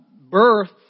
birth